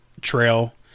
trail